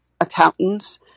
accountants